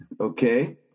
okay